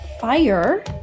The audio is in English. Fire